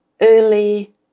early